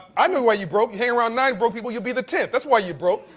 i know why you broke. you hang around nine broke people, you'll be the tenth. that's why you broke.